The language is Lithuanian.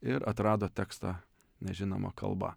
ir atrado tekstą nežinoma kalba